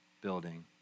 building